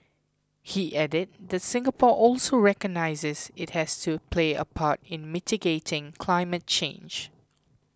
he added that Singapore also recognises it has to play a part in mitigating climate change